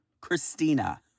Christina